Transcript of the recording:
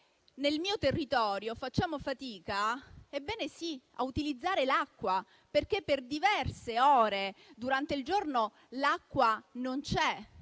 Nel mio territorio facciamo fatica - ebbene sì - ad utilizzare l'acqua, perché per diverse ore durante il giorno non c'è.